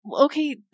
okay